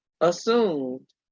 assumed